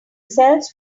sells